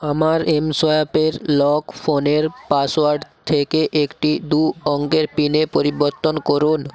আমার এমসোয়াইপের লক ফোনের পাসওয়ার্ড থেকে একটি দু অঙ্কের পিনে পরিবর্তন করুন